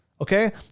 okay